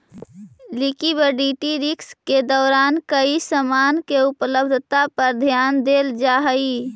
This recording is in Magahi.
लिक्विडिटी रिस्क के दौरान कोई समान के उपलब्धता पर ध्यान देल जा हई